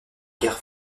guerre